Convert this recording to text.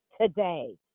today